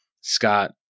Scott